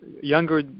younger